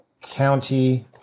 County